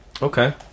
Okay